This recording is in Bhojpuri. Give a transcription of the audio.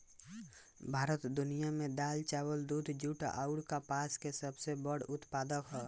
भारत दुनिया में दाल चावल दूध जूट आउर कपास के सबसे बड़ उत्पादक ह